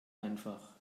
einfach